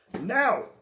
Now